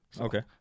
okay